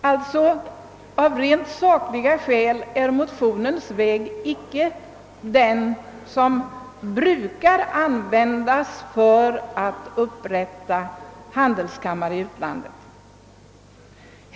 Den väg motionärerna föreslår är sålunda inte den som brukar användas vid upprättande av handelskamrar utomlands.